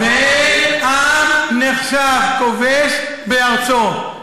אין עם נחשב כובש בארצו.